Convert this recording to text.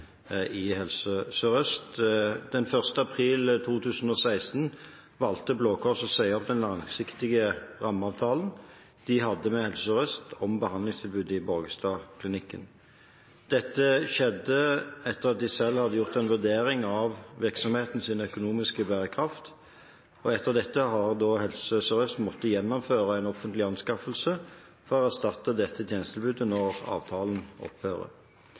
i den nye anbudsrunden i Helse Sør-Øst. Den 1. april 2016 valgte Blå Kors å si opp den langsiktige rammeavtalen de hadde med Helse Sør-Øst om behandlingstilbudet ved Borgestadklinikken. Dette skjedde etter at de selv hadde gjort en vurdering av virksomhetens økonomiske bærekraft. Etter dette har Helse Sør-Øst måttet gjennomføre en offentlig anskaffelse for å erstatte tjenestetilbudet når avtalen opphører.